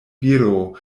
viro